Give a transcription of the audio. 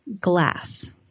Glass